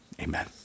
Amen